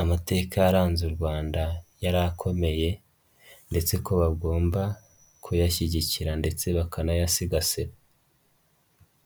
amateka yaranze u Rwanda yari akomeye, ndetse ko bagomba kuyashyigikira ndetse bakanayasigasira.